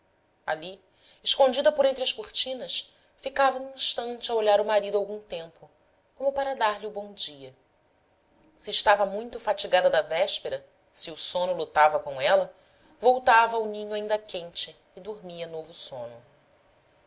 ali escondida por entre as cortinas ficava um instante a olhar o marido algum tempo como para dar-lhe o bom-dia se estava muito fatigada da véspera se o sono lutava com ela voltava ao ninho ainda quente e dormia novo sono